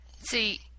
See